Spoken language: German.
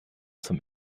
zum